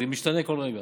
זה משתנה כל רגע.